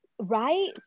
right